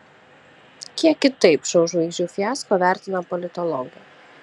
kiek kitaip šou žvaigždžių fiasko vertina politologai